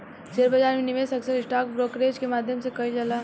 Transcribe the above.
share बाजार में निवेश अक्सर स्टॉक ब्रोकरेज के माध्यम से कईल जाला